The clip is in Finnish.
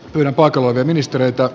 kyllä paikalla työministeriötä